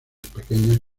pequeñas